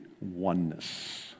oneness